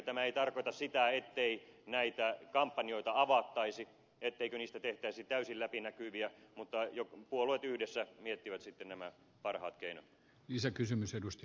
tämä ei tarkoita sitä ettei näitä kampanjoita avattaisi etteikö niistä tehtäisi täysin läpinäkyviä mutta puolueet yhdessä miettivät sitten nämä parhaat keinot